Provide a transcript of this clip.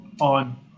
on